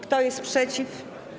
Kto jest przeciw?